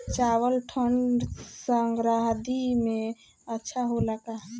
चावल ठंढ सह्याद्री में अच्छा होला का?